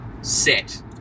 set